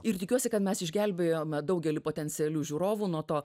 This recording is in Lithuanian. ir tikiuosi kad mes išgelbėjome daugelį potencialių žiūrovų nuo to